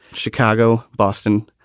chicago, boston,